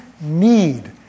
need